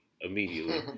immediately